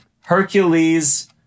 Hercules